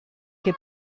que